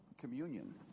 communion